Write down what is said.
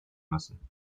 müssen